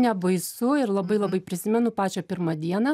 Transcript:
nebaisu ir labai labai prisimenu pačią pirmą dieną